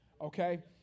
Okay